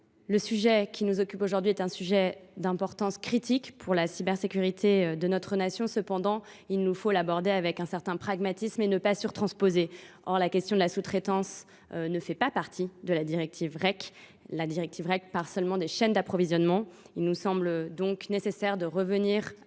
Le sujet qui nous occupe aujourd’hui est d’importance critique pour la cybersécurité de notre nation. Cependant, il nous faut l’aborder avec un certain pragmatisme et ne pas surtransposer ; or la question de la sous traitance ne fait pas partie de la directive REC, laquelle mentionne seulement les chaînes d’approvisionnement. Il nous semble donc nécessaire de revenir au texte